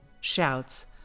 shouts